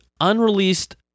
unreleased